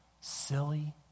Silly